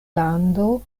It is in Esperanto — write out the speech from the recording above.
lando